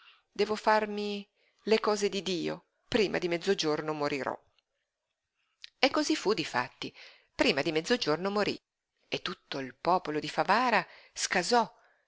devo farmi le cose di dio prima di mezzogiorno morirò e cosí fu difatti prima di mezzogiorno morí e tutto il popolo di favara scasò a